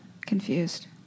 Confused